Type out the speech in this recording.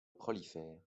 prolifère